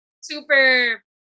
super